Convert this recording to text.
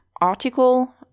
article